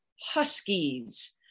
Huskies